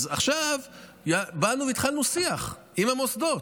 אז עכשיו באנו והתחלנו שיח עם המוסדות,